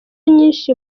nyinshi